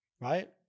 Right